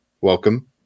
welcome